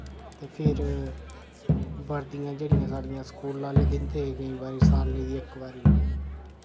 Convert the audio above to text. ते फिर बर्दियां जेह्ड़ियां साढ़ियां स्कूल आह्ले दिंदे हे केईं बारी साल्लें दी इक बारी